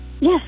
Yes